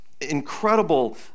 incredible